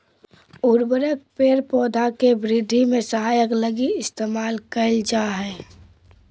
उर्वरक पेड़ पौधा के वृद्धि में सहायता लगी इस्तेमाल कइल जा हइ